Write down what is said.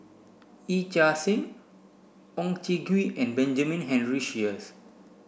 Yee Chia Hsing Oon Jin Gee and Benjamin Henry Sheares